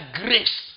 grace